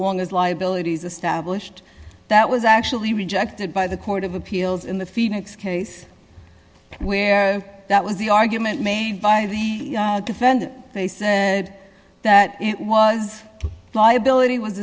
long as liabilities established that was actually rejected by the court of appeals in the phoenix case where that was the argument made by the defendant that was liability